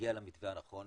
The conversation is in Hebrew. להגיע למתווה הנכון.